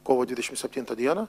kovo dvidešim septintą dieną